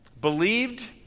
Believed